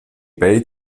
page